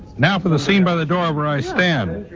now for the scene by the door where i stand.